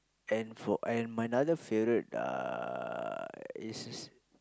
and for and my another favourite uh is